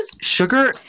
Sugar